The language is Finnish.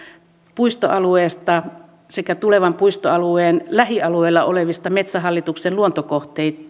puistoalueesta sekä tulevan puistoalueen lähialueilla olevista metsähallituksen luontokohteista